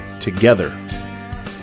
together